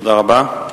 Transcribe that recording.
תודה רבה.